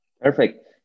Perfect